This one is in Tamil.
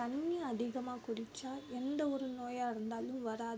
தண்ணீர் அதிகமாக குடித்தா எந்த ஒரு நோயாக இருந்தாலும் வராது